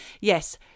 yes